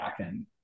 backend